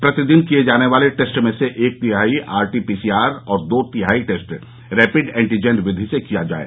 प्रतिदिन किये जाने वाले टेस्ट में से एक तिहाई आरटीपीसीआर और दो तिहाई टेस्ट रेपिड एंटीजन विधि से किये जाये